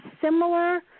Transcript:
similar